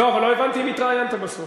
אבל לא הבנתי אם התראיינת בסוף.